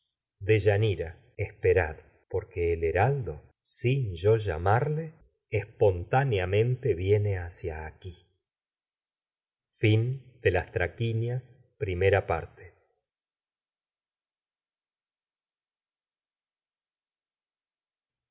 deyanira esperad porque el heraldo sin yo lla marle espontáneamente viene hacia aquí